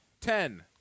ten